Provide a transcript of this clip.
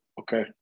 Okay